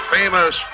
famous